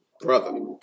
Brother